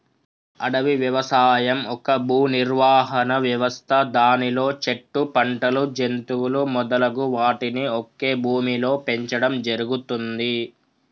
అడవి వ్యవసాయం ఒక భూనిర్వహణ వ్యవస్థ దానిలో చెట్లు, పంటలు, జంతువులు మొదలగు వాటిని ఒకే భూమిలో పెంచడం జరుగుతుంది